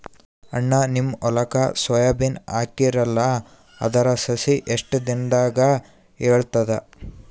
ಅಣ್ಣಾ, ನಿಮ್ಮ ಹೊಲಕ್ಕ ಸೋಯ ಬೀನ ಹಾಕೀರಲಾ, ಅದರ ಸಸಿ ಎಷ್ಟ ದಿಂದಾಗ ಏಳತದ?